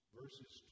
verses